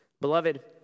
Beloved